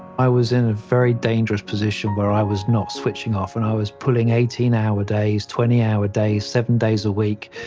i was in a very dangerous position where i was not switching off. and i was pulling eighteen hour days, twenty hour days, seven days a week,